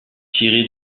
tiré